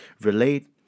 relate